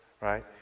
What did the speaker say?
right